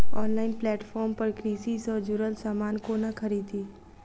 Online platform पर कृषि सँ जुड़ल समान कोना खरीदी?